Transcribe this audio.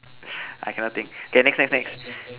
I cannot think okay next next next